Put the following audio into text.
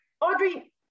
Audrey